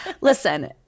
Listen